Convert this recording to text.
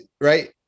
right